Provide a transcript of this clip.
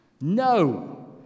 No